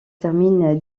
termine